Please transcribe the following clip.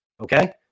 okay